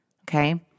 Okay